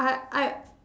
I I